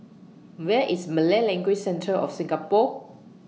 Where IS Malay Language Centre of Singapore